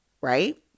right